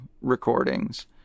recordings